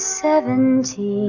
seventeen